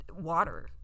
water